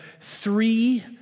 three